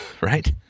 right